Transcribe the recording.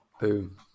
Boom